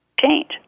change